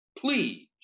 Please